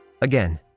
again